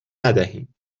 ندهیم